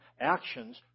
actions